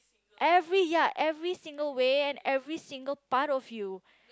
every ya every single way and every single part of you